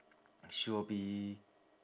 she will be